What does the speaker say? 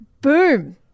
Boom